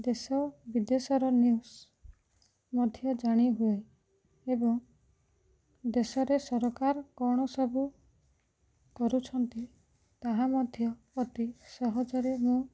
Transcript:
ଦେଶ ବିଦେଶର ନିୟୁଜ ମଧ୍ୟ ଜାଣି ହୁଏ ଏବଂ ଦେଶରେ ସରକାର କ'ଣ ସବୁ କରୁଛନ୍ତି ତାହା ମଧ୍ୟ ଅତି ସହଜରେ ମୁଁ